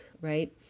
right